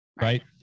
Right